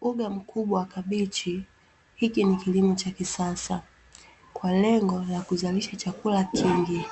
Uga mkubwa wa kabichi, hiki ni kilimo cha kisasa kwa lengo la kuzalisha chakula kingi.